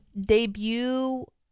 debut